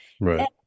Right